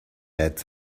ads